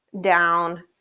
down